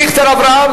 דיכטר אברהם,